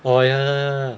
oh ya